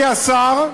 אני השר,